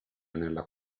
nella